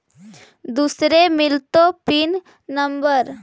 दुसरे मिलतै pin number?